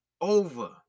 over